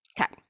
Okay